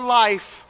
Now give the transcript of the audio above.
life